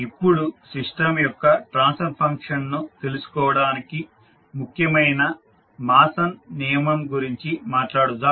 ఇప్పుడు సిస్టం యొక్క transfer function ను తెలుసుకోవడానికి ముఖ్యమైన మాసన్ నియమం గురించి మాట్లాడుదాం